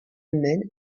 maine